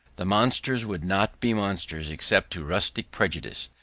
the monsters would not be monsters except to rustic prejudice,